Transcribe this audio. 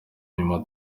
nyuma